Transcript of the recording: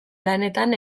lanetan